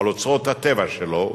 על אוצרות הטבע שלו,